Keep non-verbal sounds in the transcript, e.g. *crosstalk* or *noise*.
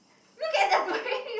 look at the way you *laughs*